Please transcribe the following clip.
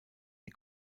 die